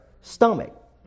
stomach